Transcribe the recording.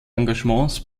engagements